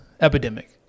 Epidemic